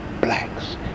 blacks